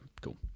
cool